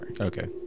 Okay